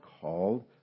called